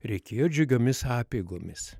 reikėjo džiugiomis apeigomis